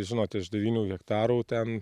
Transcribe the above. žinot iš devynių hektarų ten